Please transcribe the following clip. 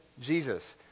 Jesus